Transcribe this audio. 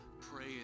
pray